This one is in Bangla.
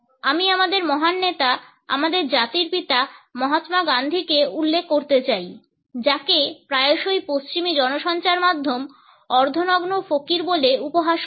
আমি আমাদের মহান নেতা আমাদের জাতির পিতা মহাত্মা গান্ধীকে উল্লেখ করতে চাই যাকে প্রায়শই পশ্চিমী জনসঞ্চারমাধ্যম অর্ধনগ্ন ফকির বলে উপহাস করতো